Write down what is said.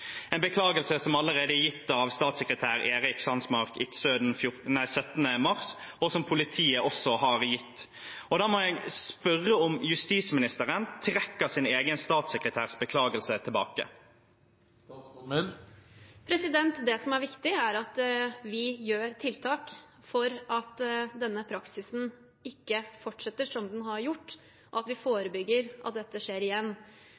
en beklagelse som allerede er gitt av statssekretær Erik Sandsmark Idsøe den 17. mars, og som politiet også har gitt. Da må jeg spørre om justisministeren trekker sin egen statssekretærs beklagelse tilbake. Det som er viktig, er at vi gjør tiltak for at denne praksisen ikke fortsetter som den har gjort, at vi forebygger at dette skjer igjen.